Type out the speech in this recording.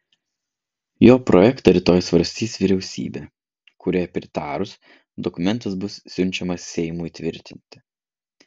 jo projektą rytoj svarstys vyriausybė kuriai pritarus dokumentas bus siunčiamas seimui tvirtinti